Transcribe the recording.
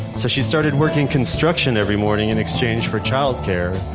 so she started working construction every morning in exchange for childcare,